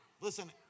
listen